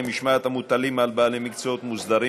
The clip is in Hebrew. משמעת המוטלים על בעלי מקצועות מוסדרים,